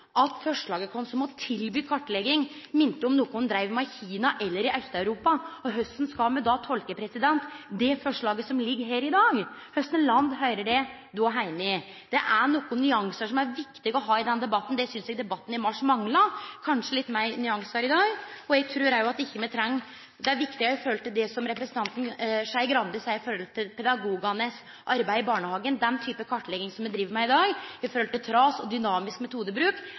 at forslaget vårt om å tilby kartlegging minte om noko dei dreiv med i Kina eller i Aust-Europa. Korleis skal me då tolke det forslaget som ligg her i dag? Kva land høyrer det då heime i? Det er nokre nyansar som det er viktig å ha i denne debatten, noko eg synest debatten i mars i fjor mangla. Det er kanskje litt fleire nyansar i dag. Det er viktig det representanten Skei Grande seier om pedagogane sitt arbeid i barnehagane. Den type kartlegging som ein driv med i dag i forhold til TRAS og dynamisk metodebruk,